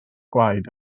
gwaed